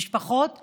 משפחות וקהילות.